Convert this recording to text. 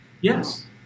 Yes